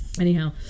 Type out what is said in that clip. anyhow